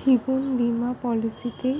জীবন বীমা পলিসিতে